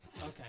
Okay